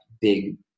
big